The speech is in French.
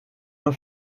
j’en